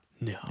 No